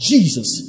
Jesus